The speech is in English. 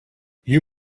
you